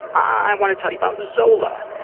i want to tell you about zola.